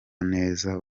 neza